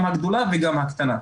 גם הגדולה וגם הקטנה.